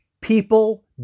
People